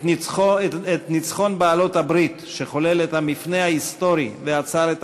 את ניצחון בעלות-הברית שחולל את המפנה ההיסטורי ועצר את